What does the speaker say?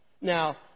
Now